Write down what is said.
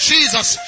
Jesus